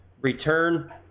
return